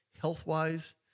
health-wise